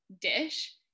dish